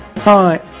Hi